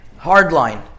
hardline